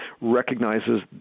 recognizes